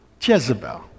Jezebel